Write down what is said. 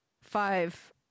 five